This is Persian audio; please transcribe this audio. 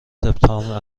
سپتامبر